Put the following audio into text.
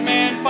Man